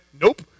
Nope